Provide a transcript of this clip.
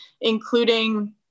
including